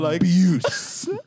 abuse